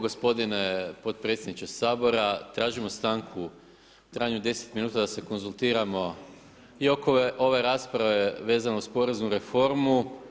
Gospodine potpredsjedniče Sabora, tražimo stanku u trajanju 10 min da se konzultiramo i oko ove rasprave vezano uz poreznu reformu.